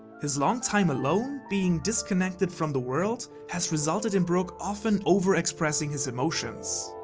his long time alone, being disconnected form the world has resulted in brook often overexpressing his emotions.